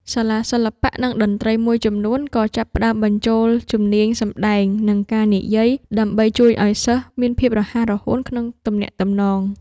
សាលាសិល្បៈ និងតន្ត្រីមួយចំនួនក៏ចាប់ផ្ដើមបញ្ចូលជំនាញសម្ដែង និងការនិយាយដើម្បីជួយឱ្យសិស្សមានភាពរហ័សរហួនក្នុងទំនាក់ទំនង។